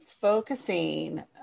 focusing